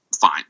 fine